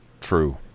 True